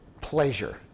pleasure